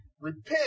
Repent